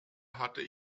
hatte